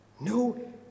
No